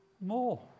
more